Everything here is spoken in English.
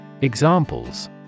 Examples